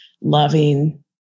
loving